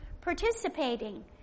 participating